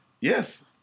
Yes